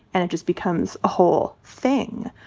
and it just becomes a whole thing.